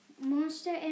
Monster